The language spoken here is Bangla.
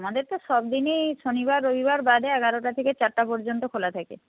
আমাদের তো সব দিনই শনিবার রবিবার বাদে এগারোটা থেকে চারটে পর্যন্ত খোলা থাকে